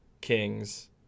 Kings